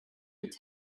mit